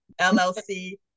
LLC